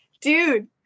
dude